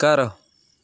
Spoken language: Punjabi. ਘਰ